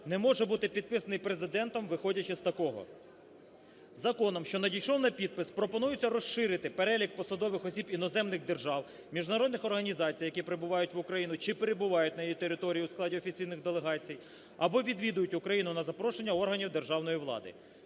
не може бути підписаний Президентом, виходячи з такого. Законом, що надійшов на підпис, пропонується розширити перелік посадових осіб іноземних держав, міжнародних організацій, які прибувають в Україну чи перебувають на її території у складі офіційних делегацій або відвідують Україну на запрошення органів державної влади.